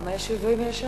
כמה יישובים היו שם?